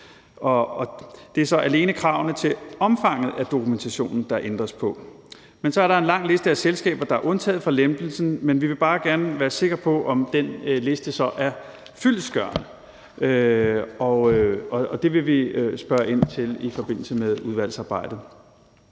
det er så alene kravene til omfanget af dokumentationen, der ændres på. Men så er der er en lang liste af selskaber, der er undtaget fra lempelsen, og vi vil bare gerne være sikre på, at den liste så er fyldestgørende, og det vil vi spørge ind til i forbindelse med udvalgsarbejdet.